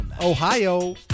Ohio